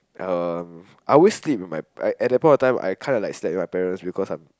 um I always sleep with my at that point of time I kind of like slept with my parents because I'm